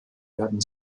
werden